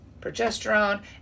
progesterone